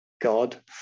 god